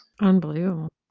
Unbelievable